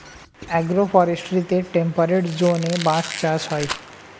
agro ফরেস্ট্রিতে temperate জোনে বাঁশ চাষ হয়